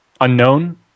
unknown